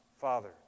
father